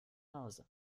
hause